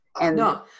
No